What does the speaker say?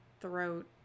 throat